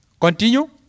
Continue